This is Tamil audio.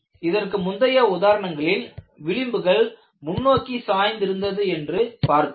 இதற்கு முந்தைய உதாரணங்களில் விளிம்புகள் முன்னோக்கி சாய்ந்து இருந்தது என்று பார்த்தோம்